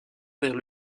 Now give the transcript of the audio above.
vers